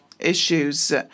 issues